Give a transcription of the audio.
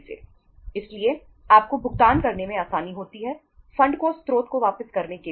इसलिए आपको भुगतान करने में आसानी होती है फंड को स्रोत को वापस करने के लिए